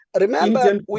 remember